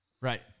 Right